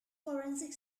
forensic